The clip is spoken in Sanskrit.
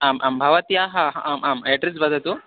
आम् आम् भवत्याः आम् आम् अड्रेस् वदतु